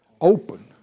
Open